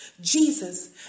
Jesus